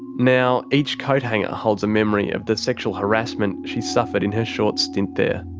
now each coat hanger holds a memory of the sexual harassment she suffered in her short stint there.